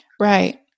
Right